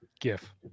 gif